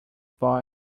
boy